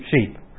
Sheep